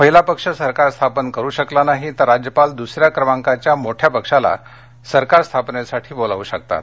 पहिला पक्ष सरकार स्थापन करू शकला नाही तर राज्यपाल दूसऱ्या क्रमांकाच्या मोठ्या पक्षाला सरकार स्थापनेसाठी बोलावू शकतात